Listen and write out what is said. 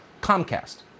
Comcast